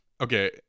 Okay